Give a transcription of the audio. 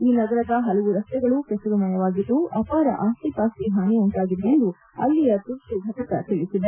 ಈ ನಗರದ ಪಲವು ರಸ್ತೆಗಳು ಕೆಸರುಮಯವಾಗಿದ್ದು ಅಪಾರ ಆಸ್ತಿಪಾಸ್ತಿ ಹಾನಿ ಉಂಟಾಗಿದೆ ಎಂದು ಅಲ್ಲಿಯ ತುರ್ತು ಘಟಕ ತಿಳಿಸಿದೆ